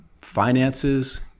finances